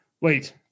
Wait